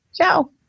Ciao